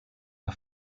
der